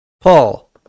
Paul